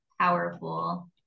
powerful